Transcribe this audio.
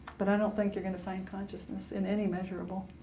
but i don't think you're going to find consciousness in any measurables.